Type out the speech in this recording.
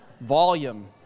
volume